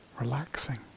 relaxing